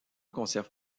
conserve